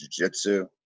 jujitsu